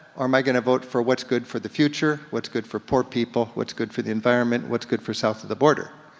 or am i gonna vote for what's good for the future, what's good for poor people, what's good for the environment, what's good for south of the border?